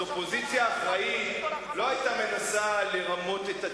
אופוזיציה אחראית לא היתה מנסה לרמות את הציבור,